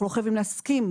אנחנו לא חייבים להסכים.